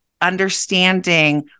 understanding